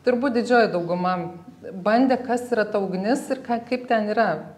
turbūt didžioji dauguma bandė kas yra ta ugnis ir ka kaip ten yra